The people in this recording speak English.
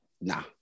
Nah